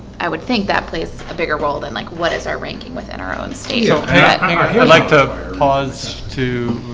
i would think that plays a bigger role and like what is our ranking within our own state you know i'd like to pause to